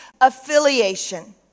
affiliation